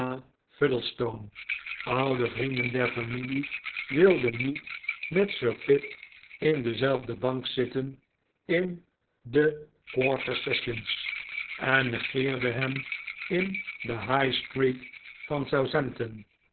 oude vrienden der familie wilden niet met sir pitt in dezelfde bank zitten in de quarter sessions en negeerden hem in de highstreet van